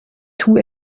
too